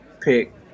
pick